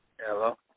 Hello